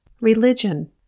Religion